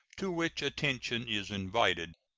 to which attention is invited.